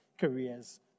careers